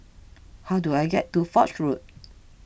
how do I get to Foch Road